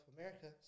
America